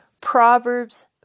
Proverbs